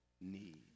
need